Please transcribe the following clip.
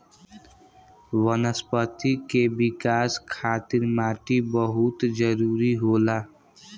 वनस्पति के विकाश खातिर माटी बहुत जरुरी होला